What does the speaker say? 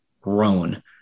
grown